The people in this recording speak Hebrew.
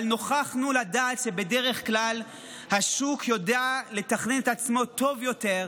אבל נוכחנו לדעת שבדרך כלל השוק יודע לתכנן את עצמו טוב יותר,